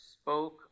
spoke